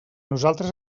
nosaltres